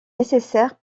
nécessaire